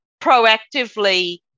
proactively